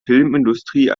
filmindustrie